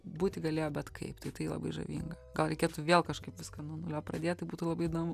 būti galėjo bet kaip tai tai labai žavinga gal reikėtų vėl kažkaip viską nuo nulio pradėt tai būtų labai įdomu